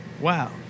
wow